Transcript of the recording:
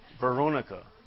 Veronica